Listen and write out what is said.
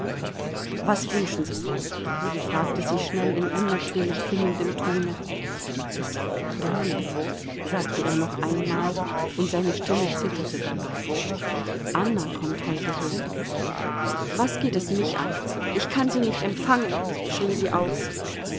was wünschen sie fragte sie schnell in unnatürlich klingendem tone dolly sagte er noch einmal und seine stimme zitterte dabei anna kommt heute her was geht es mich an ich kann sie nicht empfangen schrie sie auf